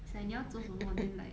it's like 你要做什么 then like